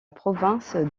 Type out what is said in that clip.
province